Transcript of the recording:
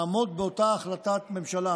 לעמוד באותה החלטת ממשלה.